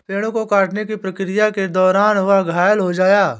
पेड़ों को काटने की प्रक्रिया के दौरान वह घायल हो गया